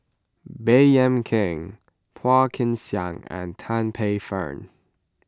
Baey Yam Keng Phua Kin Siang and Tan Paey Fern